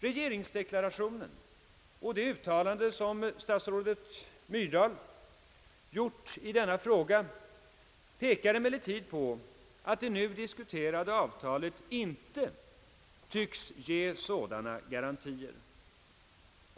Regeringsdeklarationen och det uttalande som statsrådet Myrdal gjort i denna fråga pekar emellertid på att det nu diskuterade avtalet inte skulle ge sådana garantier.